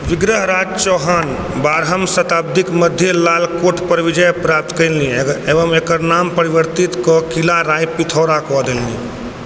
विग्रहराज चौहान बारहम शताब्दीके मध्य लाल कोटपर विजय प्राप्त कएलनि एवम एकर नाम परिवर्तित कऽ किला राय पिथौराके देलनि